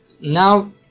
now